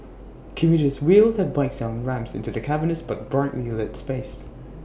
commuters wheel their bikes down ramps into the cavernous but brightly lit space